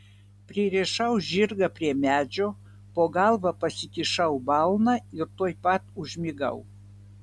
pririšau žirgą prie medžio po galva pasikišau balną ir tuoj pat užmigau